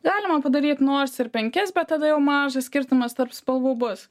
galima padaryt nors ir penkis bet tada jau mažas skirtumas tarp spalvų bus